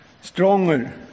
stronger